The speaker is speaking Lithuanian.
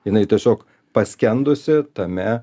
jinai tiesiog paskendusi tame